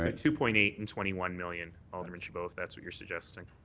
ah two point eight and twenty one million, alderman chabot, if that's what you're suggesting.